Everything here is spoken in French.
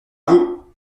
vous